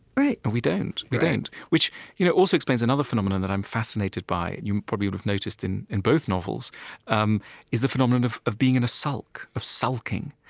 right and we don't. we don't. which you know also explains another phenomenon that i'm fascinated by and you probably would've noticed in in both novels um is the phenomenon of of being in a sulk, of sulking.